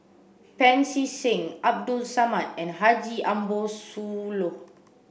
Pancy Seng Abdul Samad and Haji Ambo Sooloh